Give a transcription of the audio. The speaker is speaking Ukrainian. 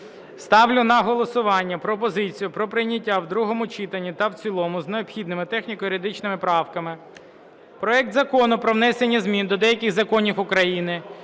Ставлю на голосування пропозицію про прийняття в другому читанні та в цілому з необхідними техніко-юридичними правками проект Закону про внесення змін до деяких законів України